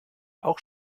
auch